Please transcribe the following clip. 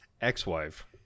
ex-wife